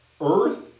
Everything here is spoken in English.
earth